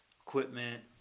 equipment